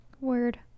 Word